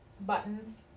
buttons